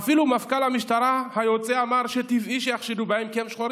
אפילו מפכ"ל המשטרה היוצא אמר שטבעי שיחשדו בהם כי הם שחורים.